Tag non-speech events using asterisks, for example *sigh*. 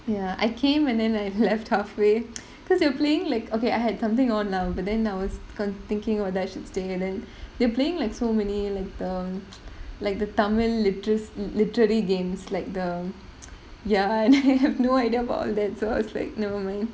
ya I came and then I left halfway *noise* because they were playing like okay I had something on lah but then I was con~ thinking whether I should stay then they playing like so many like the *noise* like the tamil liter~ literary games like the ya and I have no idea about all that so I was like never mind